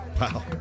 Wow